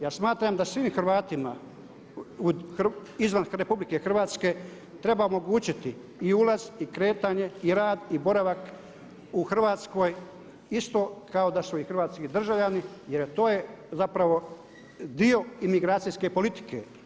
Ja smatram da svim Hrvatima izvan RH treba omogućiti i ulaz i kretanje i rad i boravak u Hrvatskoj isto kao da su i hrvatski državljani, jer i to je zapravo dio imigracijske politike.